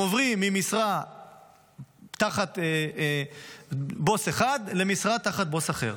הם עוברים ממשרה תחת בוס אחד למשרה תחת בוס אחר.